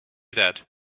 that